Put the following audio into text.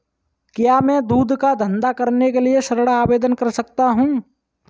क्या मैं दूध का धंधा करने के लिए ऋण आवेदन कर सकता हूँ?